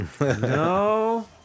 No